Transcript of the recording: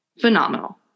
Phenomenal